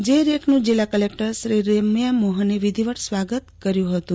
જે રેકનું જિલ્લો કલેકટર સુશ્રી રેમ્યા મોહને વિધિવત સ્વાગત કર્યુ હતું